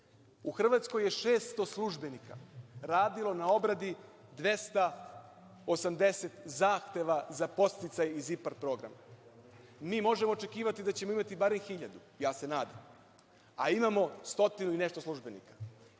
u Hrvatskoj je 600 službenika radilo na obradi 280 zahteva za podsticaj iz IPAR programa. Mi možemo očekivati da ćemo imati barem 1.000, ja se nadam, a imamo stotinu i nešto službenika.